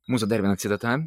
mūsų dar viena citata